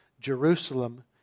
Jerusalem